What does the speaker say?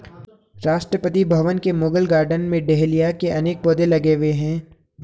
राष्ट्रपति भवन के मुगल गार्डन में डहेलिया के अनेक पौधे लगे हुए हैं